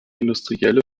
industrielle